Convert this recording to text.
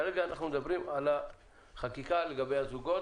כרגע אנחנו מדברים על חקיקה לגבי הזוגות.